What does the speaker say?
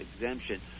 exemption